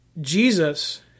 Jesus